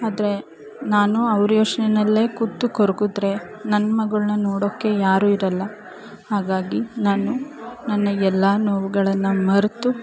ಆದರೆ ನಾನು ಅವ್ರ ಯೋಚ್ನೆಯಲ್ಲೇ ಕೂತು ಕೊರ್ಗಿದ್ರೆ ನನ್ನ ಮಗಳ್ನ ನೋಡೋಕ್ಕೆ ಯಾರೂ ಇರೋಲ್ಲ ಹಾಗಾಗಿ ನಾನು ನನ್ನ ಎಲ್ಲ ನೋವುಗಳನ್ನು ಮರೆತು